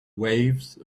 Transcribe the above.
waves